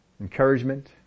encouragement